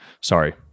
sorry